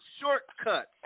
shortcuts